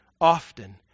often